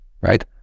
right